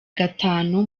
gatanu